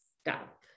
stop